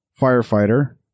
firefighter